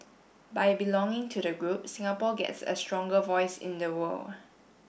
by belonging to the group Singapore gets a stronger voice in the world